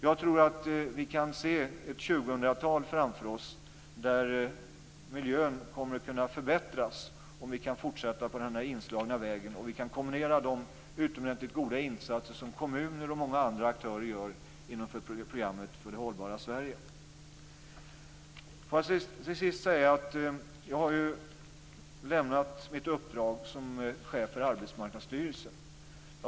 Jag tror att vi kan se ett 2000-tal framför oss där miljön kommer att kunna förbättras om vi kan fortsätta på den inslagna vägen och kombinera de utomordentligt goda insatser som kommuner och många andra aktörer gör inom programmet för det hållbara Till sist vill jag säga jag nu lämnat mitt uppdrag som chef för Arbetsmarknadsstyrelsen.